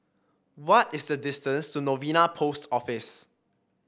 what is the distance to Novena Post Office